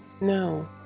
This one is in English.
No